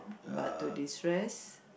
but to destress